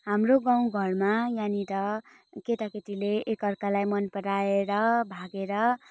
हाम्रो गाउँघरमा यहाँनिर केटा केटीले एक अर्कालाई मन पराएर भागेर